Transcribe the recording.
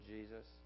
Jesus